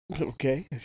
Okay